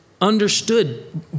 understood